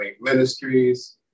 Ministries